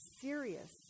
serious